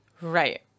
Right